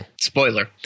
Spoiler